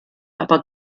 aber